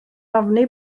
ofni